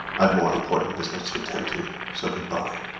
i've more important business to attend to, so good-bye.